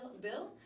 bill